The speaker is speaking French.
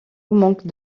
manque